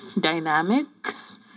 dynamics